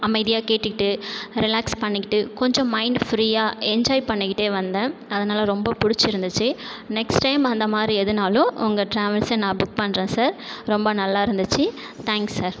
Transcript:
அமைதியாக கேட்டுக்கிட்டு ரிலாக்ஸ் பண்ணிக்கிட்டு கொஞ்சம் மைண்ட் ஃபிரீயாக என்ஜாய் பண்ணிக்கிட்டே வந்தேன் அதனால் ரொம்ப பிடிச்சிருந்துச்சி நெக்ஸ்ட் டைம் அந்த மாதிரி எதுன்னாலும் உங்கள் டிராவல்ஸை நான் புக் பண்ணுறேன் சார் ரொம்ப நல்லா இருந்துச்சு தேங்க்ஸ் சார்